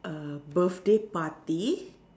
err birthday party